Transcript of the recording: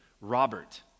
Robert